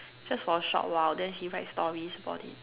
just for a short while then she write stories about it